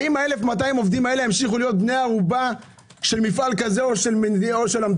האם הם ימשיכו להיות בני ערובה של מפעל כזה או של המדינה?